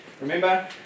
Remember